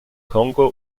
kongo